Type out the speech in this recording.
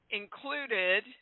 included